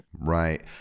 right